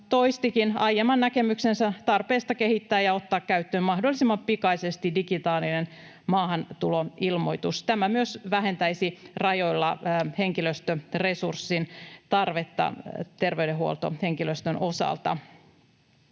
toistikin aiemman näkemyksensä tarpeesta kehittää ja ottaa käyttöön mahdollisimman pikaisesti digitaalinen maahantuloilmoitus. Tämä myös vähentäisi rajoilla henkilöstöresurssin tarvetta terveydenhuoltohenkilöstön osalta.